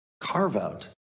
carve-out